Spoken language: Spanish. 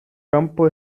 campo